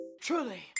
truly